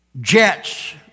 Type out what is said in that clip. Jets